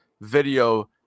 video